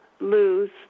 lose